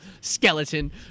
skeleton